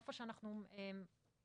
איפה שאנחנו חושבים,